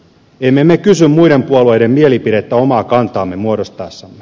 emme me kysy muiden puolueiden mielipidettä omaa kantaamme muodostaessamme